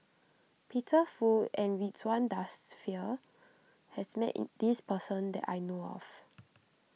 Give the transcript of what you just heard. Peter Fu and Ridzwan Dzafir has met it this person that I know of